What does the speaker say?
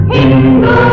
Hindu